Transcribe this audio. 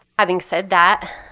having said that,